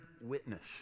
witness